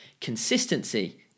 Consistency